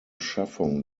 schaffung